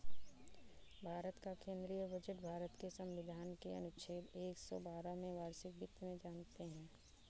भारत का केंद्रीय बजट भारत के संविधान के अनुच्छेद एक सौ बारह में वार्षिक वित्त में जानते है